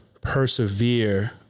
persevere